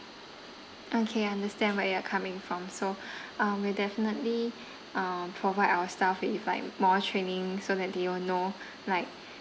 okay understand where you are coming from so um we'll definitely um provide our staff with like more training so that they will know like